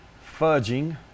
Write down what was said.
fudging